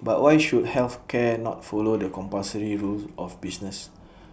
but why should health care not follow the compulsory rule of business